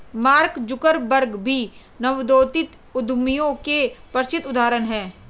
mark Zuckerberg भी नवोदित उद्यमियों के प्रसिद्ध उदाहरण हैं